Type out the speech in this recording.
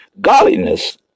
godliness